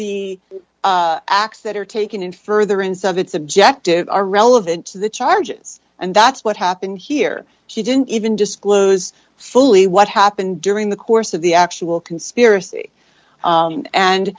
the acts that are taken in furtherance of its objective are relevant to the charges and that's what happened here she didn't even disclose fully what happened during the course of the actual conspiracy